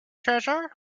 treasure